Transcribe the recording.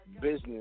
business